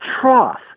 trough